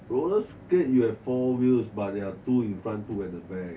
rollerskate you have four wheels but there are two in front to at the back